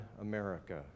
America